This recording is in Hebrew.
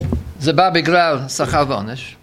זה בא בגלל שכר עונש